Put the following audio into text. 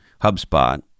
HubSpot